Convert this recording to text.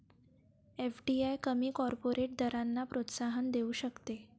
FDI कमी corporate दरांना प्रोत्साहन देऊ शकते